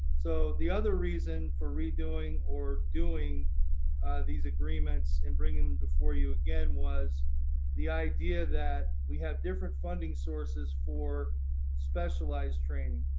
so, the other reason for redodoing or doing these agreements and bringing them before you, again, was the idea that we have different funding sources for specialized training.